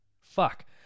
Fuck